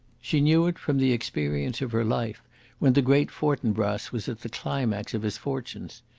she knew it from the experience of her life when the great fortinbras was at the climax of his fortunes.